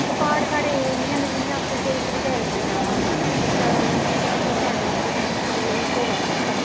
ते प्हाड़ा साढ़े इयां न जियां आक्खो शिड़कै उत्थें जाना होंदा शिड़का ते उप्परों जाना ते प्हाड़ा उप्परों जाना साढ़े लेई इक्को गल्ल होई गेई